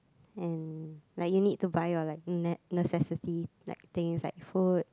and like you need to buy your like ne~ necessities like things like food